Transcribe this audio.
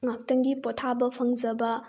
ꯉꯥꯛꯇꯪꯒꯤ ꯄꯣꯊꯥꯕ ꯐꯪꯖꯕ